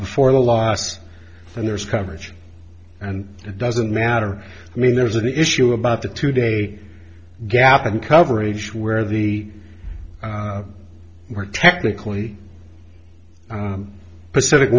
before the loss and there's coverage and it doesn't matter i mean there's an issue about the two day gap in coverage where the more technically pacific